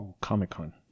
Comic-Con